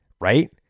right